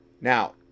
Now